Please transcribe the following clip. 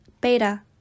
Beta